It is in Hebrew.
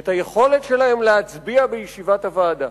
את היכולת שלהם להצביע בישיבת הוועדה.